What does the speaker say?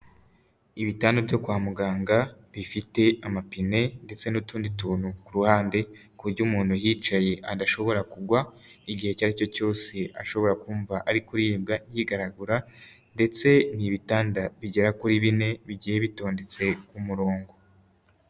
Ibitanda byo kwa muganga bifite amapine ndetse n'utundi tuntu ku ruhande, ku buryo umuntu yicaye adashobora kugwa, igihe icyo ari cyo cyose ashobora kumva ari kuribwa yigaragura, ndetse n'ibitanda bigera kuri bine bigiye bitondetse ku murongo.